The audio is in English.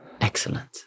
Excellent